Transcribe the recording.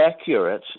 accurate